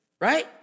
right